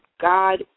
God